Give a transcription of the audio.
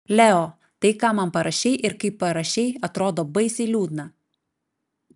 leo tai ką man parašei ir kaip parašei atrodo baisiai liūdna